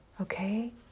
Okay